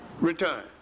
Return